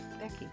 Becky